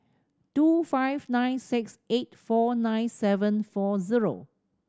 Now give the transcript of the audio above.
two five nine six eight four nine seven four zero